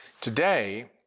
Today